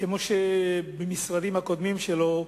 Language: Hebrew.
כמו במשרדים הקודמים שלו,